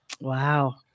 Wow